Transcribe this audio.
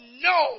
no